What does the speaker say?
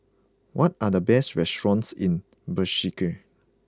what are the best restaurants in Bishkek